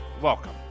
Welcome